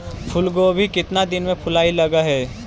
फुलगोभी केतना दिन में फुलाइ लग है?